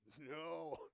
No